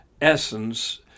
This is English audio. essence